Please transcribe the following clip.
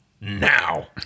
Now